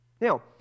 Now